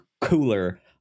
cooler